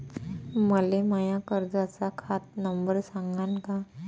मले माया कर्जाचा खात नंबर सांगान का?